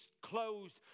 closed